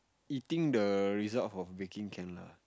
eating the result of baking can lah